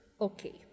Okay